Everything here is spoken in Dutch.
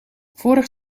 vorig